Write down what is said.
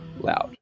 loud